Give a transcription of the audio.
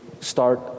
start